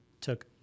took